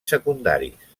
secundaris